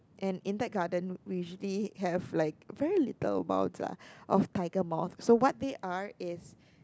and in that garden we usually have like very little amounts [lah of tiger moth so what they are is